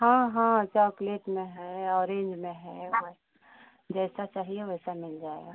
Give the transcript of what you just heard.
हाँ हाँ चॉकलेट में है ऑरेंज में है जैसा चाहिए वैसा मिल जाएगा